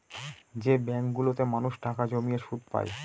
যে ব্যাঙ্কগুলোতে মানুষ টাকা জমিয়ে সুদ পায়